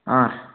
ಹಾಂ